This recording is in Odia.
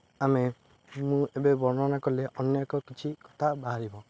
ଆମେ ମୁଁ ଏବେ ବର୍ଣ୍ଣନା କଲେ ଅନ୍ୟ ଏକ କିଛି କଥା ବାହାରିବ